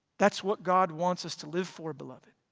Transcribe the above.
that's what god wants us to live for beloved,